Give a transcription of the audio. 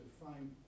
fine